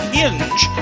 hinge